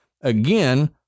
Again